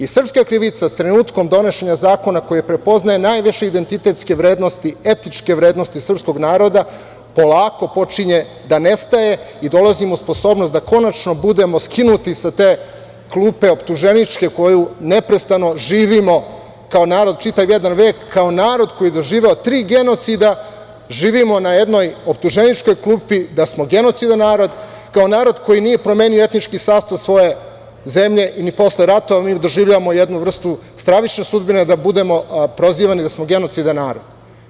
I srpska krivica trenutkom donošenja zakona koji prepoznaje najviše identitetske vrednosti i etičke vrednosti srpskog naroda polako počinje da nestaje i dolazimo u sposobnost da konačno budemo skinuti sa te optuženičke klupe koju neprestano živimo, kao narod čitav jedan vek, kao narod koji je doživeo tri genocida, živimo na jednoj optuženičkoj klupi da smo genocidan narod, kao narod koji nije promenio ni etnički sastav svoje zemlje, ni posle ratova, mi doživljavamo jednu vrstu stravične sudbine, da budemo prozivani da smo genocidan narod.